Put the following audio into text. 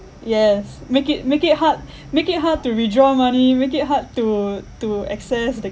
yes make it make it hard make it hard to withdraw money make it hard to to access the